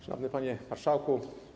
Szanowny Panie Marszałku!